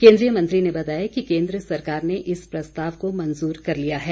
केन्द्रीय मंत्री ने बताया कि केन्द्र सरकार ने इस प्रस्ताव को मंजूर कर लिया है